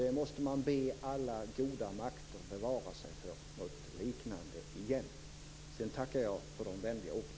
Vi måste be alla goda makter att bevara oss från något liknande igen. Sedan vill jag tacka för de vänliga orden.